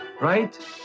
Right